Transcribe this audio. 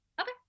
okay